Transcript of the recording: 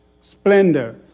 Splendor